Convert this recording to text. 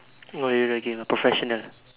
what are you writing a professional